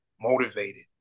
motivated